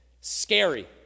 scary